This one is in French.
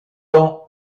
dans